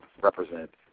represent